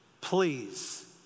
please